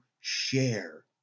share